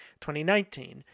2019